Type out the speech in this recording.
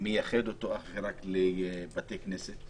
מייחד אותו אך ורק לבתי כנסת.